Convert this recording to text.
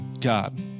God